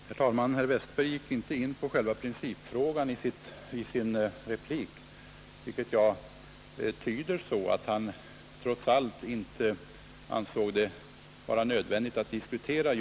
Herr talman! Herr Westberg i Ljusdal gick inte in på själva principfrågan i sin replik, vilket jag tyder så att han trots allt inte ansåg det vara nödvändigt att diskutera den.